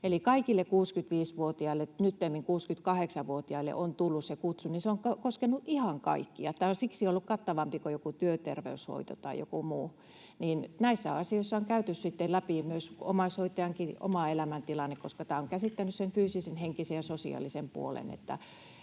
eli kaikille 65-vuotiaille — nyttemmin 68-vuotiaille — on tullut se kutsu, ja se on koskenut ihan kaikkia. Tämä on siksi ollut kattavampi kuin työterveyshoito tai joku muu. Näissä asioissa on käyty sitten läpi myös omaishoitajankin oma elämäntilanne, koska tämä on käsittänyt fyysisen, henkisen ja sosiaalisen puolen,